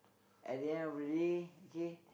at the end of the day okay